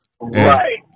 Right